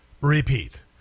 repeat